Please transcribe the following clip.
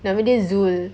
nama dia zul